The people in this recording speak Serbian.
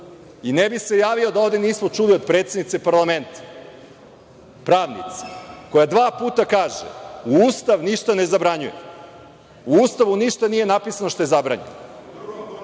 I, ne bih se javio da ovde nismo čuli od predsednice parlamenta, pravnice, koja dva puta kaže – Ustav ništa ne zabranjuje. U Ustavu ništa nije napisano što je zabranjeno.I,